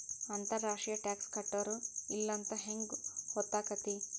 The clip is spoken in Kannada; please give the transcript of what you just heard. ಅಂತರ್ ರಾಷ್ಟ್ರೇಯ ಟಾಕ್ಸ್ ಕಟ್ಟ್ಯಾರೋ ಇಲ್ಲೊಂತ್ ಹೆಂಗ್ ಹೊತ್ತಾಕ್ಕೇತಿ?